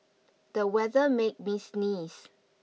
the weather make me sneeze